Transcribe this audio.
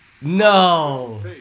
No